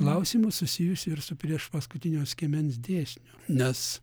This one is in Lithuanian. klausimų susijusių ir su priešpaskutinio skiemens dėsniu nes